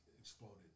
exploded